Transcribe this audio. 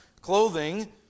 clothing